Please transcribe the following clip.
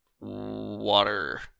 water